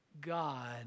God